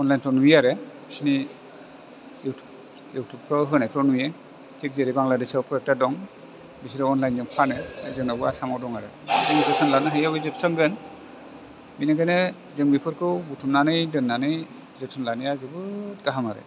अनलाइनफ्राव नुयो आरो बिसिनि इउटुब इउटुबफ्राव होनायफ्राव नुयो थिक जेरै बांलादेशयाव कय एकथा दङ बिसोरो अनलाइनजों फानो जोंनावबो आसामाव दं आरो जोथोन लानो हायैयाव बे जोबस्रांगोन बेनिखायनो जों बेफोरखौ बुथुमनानै दोननानै जोथोन लानाया जोबोद गाहाम आरो